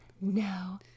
no